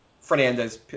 Fernandez